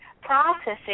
Processing